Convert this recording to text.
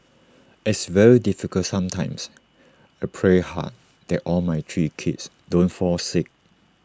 it's very difficult sometimes I pray hard that all my three kids don't fall sick